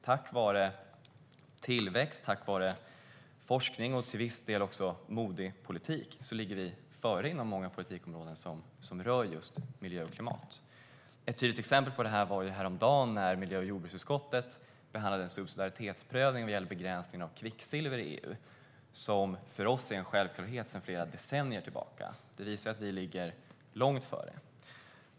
Tack vare tillväxt, forskning och till viss del även en modig politik ligger vi före inom många politikområden som rör just miljö och klimat. Ett tydligt exempel på detta var när miljö och jordbruksutskottet häromdagen behandlade en subsidiaritetsprövning när det gäller begränsningen av kvicksilver, som är en självklarhet för oss sedan flera decennier tillbaka. Det visar att vi ligger långt före.